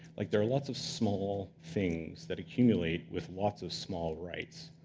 like there are lots of small things that accumulate with lots of small writes.